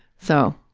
so,